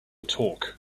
talk